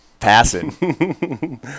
Passing